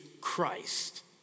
Christ